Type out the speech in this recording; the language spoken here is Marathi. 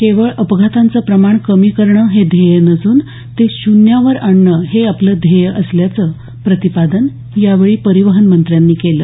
केवळ अपघातांचं प्रमाण कमी करणं हे ध्येय नसून ते शून्यावर आणणं हे आपलं ध्येय असल्याचं प्रतिपादन यावेळी परिवहनमंत्र्यांनी केलं